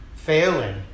failing